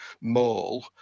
mall